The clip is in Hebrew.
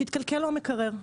שהתקלקל לו המקרר,